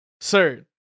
Sir